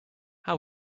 how